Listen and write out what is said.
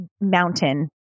mountain